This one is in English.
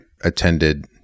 attended